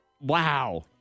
Wow